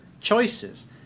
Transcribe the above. choices